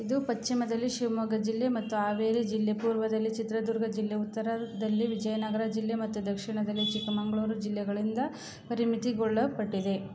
ಇದು ಪಶ್ಚಿಮದಲ್ಲಿ ಶಿವಮೊಗ್ಗ ಜಿಲ್ಲೆ ಮತ್ತು ಹಾವೇರಿ ಜಿಲ್ಲೆ ಪೂರ್ವದಲ್ಲಿ ಚಿತ್ರದುರ್ಗ ಜಿಲ್ಲೆ ಉತ್ತರದಲ್ಲಿ ವಿಜಯನಗರ ಜಿಲ್ಲೆ ಮತ್ತು ದಕ್ಷಿಣದಲ್ಲಿ ಚಿಕ್ಕಮಗಳೂರು ಜಿಲ್ಲೆಗಳಿಂದ ಪರಿಮಿತಿಗೊಳಪಟ್ಟಿದೆ